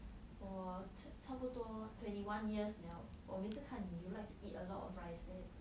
我差不多 twenty one years liao 我每次看你 you like to eat a lot of rice leh